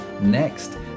next